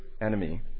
enemy